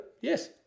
Yes